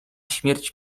śmierć